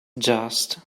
just